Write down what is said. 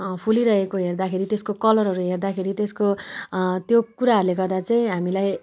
फुलिरहेको हेर्दाखेरि तेसको कलरहरू हेर्दाखेरि त्यसको त्यो कुराहरूले गर्दा चाहिँ हामीलाई